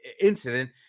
incident